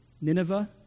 Nineveh